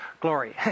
glory